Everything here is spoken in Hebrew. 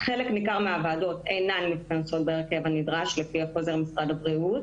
חלק ניכר מהוועדות אינן מתכנסות בהרכב הנדרש לפי חוזר משרד הבריאות.